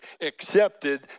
accepted